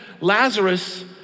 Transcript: Lazarus